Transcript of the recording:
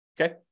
Okay